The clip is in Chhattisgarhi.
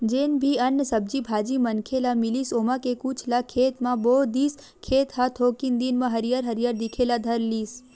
जेन भी अन्न, सब्जी भाजी मनखे ल मिलिस ओमा के कुछ ल खेत म बो दिस, खेत ह थोकिन दिन म हरियर हरियर दिखे ल धर लिस